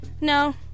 No